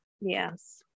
Yes